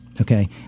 okay